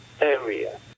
area